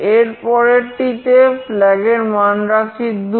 এর পরেরটিতে flag এর মান রাখছি 2